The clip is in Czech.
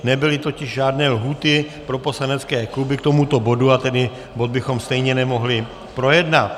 Nebyly totiž žádné lhůty pro poslanecké kluby k tomuto bodu, a tedy bod bychom stejně nemohli projednat.